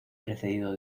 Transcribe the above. precedido